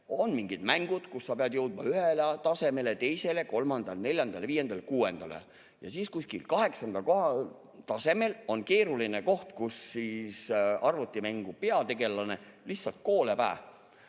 On mingid mängud, kus sa pead jõudma ühele tasemele, teisele, kolmandale, neljandale, viiendale, kuuendale ja siis kuskil kaheksandal tasemel on keeruline koht, kus siis arvutimängu peategelane lihtsalt kooleb